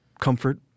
comfort